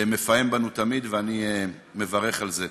מפעם בנו תמיד, ואני מברך על זה.